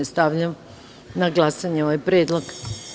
Stavljam na glasanje ovaj predlog.